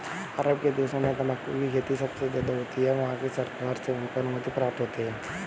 अरब के देशों में तंबाकू की खेती सबसे ज्यादा होती है वहाँ की सरकार से उनको अनुमति प्राप्त है